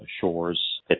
shores